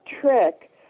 trick